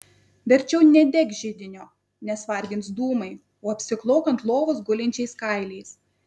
verčiau nedek židinio nes vargins dūmai o apsiklok ant lovos gulinčiais kailiais